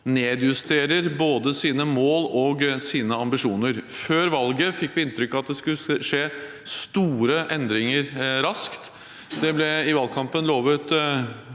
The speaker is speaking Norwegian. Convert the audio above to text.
andre dag 2013 sine ambisjoner. Før valget fikk vi inntrykk av at det skulle skje store endringer raskt. Det ble i valgkampen lovet